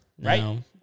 right